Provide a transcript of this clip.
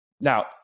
Now